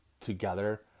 together